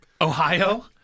Ohio